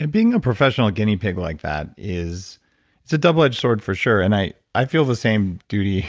and being a professional guinea pig like that is it's a double-edged sword for sure and i i feel the same duty.